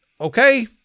okay